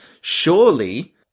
Surely